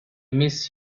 miss